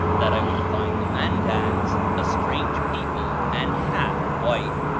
that i would find the mandans a strange people and half white.